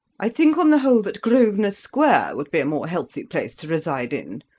i think on the whole that grosvenor square would be a more healthy place to reside in.